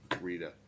Rita